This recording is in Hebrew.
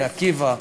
"בני עקיבא",